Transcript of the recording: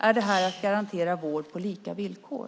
Är det här att garantera vård på lika villkor?